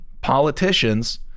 politicians